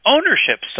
ownership